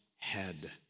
head